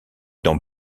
dans